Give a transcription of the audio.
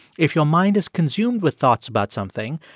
if your mind is consumed with thoughts about something,